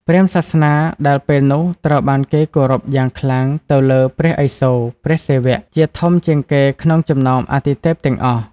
ព្រាហ្មណ៍សាសនាពែលនោះត្រូវបានគេគោរពយ៉ាងខ្លាំងទៅលើ ព្រះឥសូរ (ព្រះសិវៈ) ជាធំជាងគេក្នុងចំណោមអាទិទេពទាំងអស់។